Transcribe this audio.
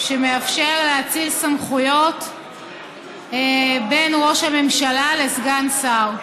שמאפשר להאציל סמכויות מראש הממשלה לסגן שר.